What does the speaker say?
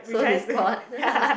sow discord